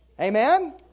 Amen